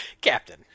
Captain